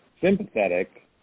sympathetic